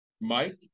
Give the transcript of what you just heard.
Mike